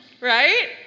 right